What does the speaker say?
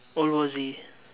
world war Z